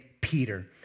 Peter